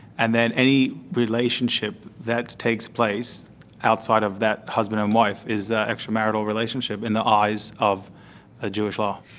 and then any relationship that takes place outside of that husband and wife is an extramarital relationship in the eyes of ah jewish law.